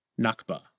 Nakba